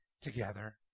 together